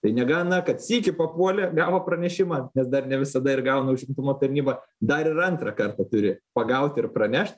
tai negana kad sykį papuolė gavo pranešimą nes dar ne visada ir gauna užimtumo tarnyba dar ir antrą kartą turi pagauti ir pranešt